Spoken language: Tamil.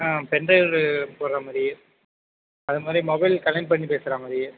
ஆ பென் ட்ரைவ் போடுறா மாதிரி அது மாதிரி மொபைல் கனெக்ட் பண்ணி பேசுகிறா மாதிரி